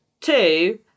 Two